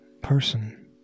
person